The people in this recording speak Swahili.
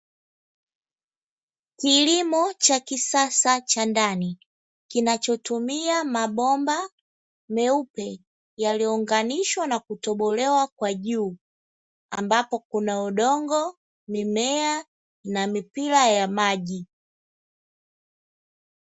Kilimo cha kisasa cha ndani, kinachotumia mabomba meupe yaliyounganishwa na kutobolewa kwa juu, ambapo kuna udongo, mimea na mipira ya maji.